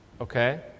Okay